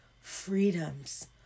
freedoms